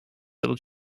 little